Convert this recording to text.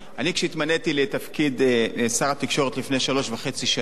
כשהתמניתי לתפקיד שר התקשורת לפני שלוש וחצי שנים,